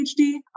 PhD